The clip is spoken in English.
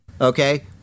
Okay